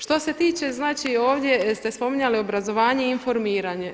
Što se tiče znači ovdje ste spominjali obrazovanje i informiranje.